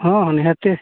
ᱦᱮᱸ ᱱᱤᱦᱟᱹᱛᱤ